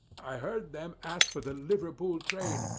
i heard them ask for the liverpool train,